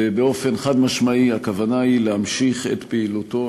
ובאופן חד-משמעי הכוונה היא להמשיך את פעילותו.